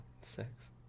Six